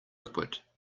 liquid